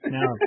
Now